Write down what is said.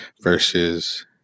versus